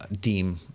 deem